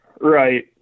Right